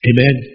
Amen